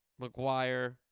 McGuire